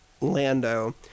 lando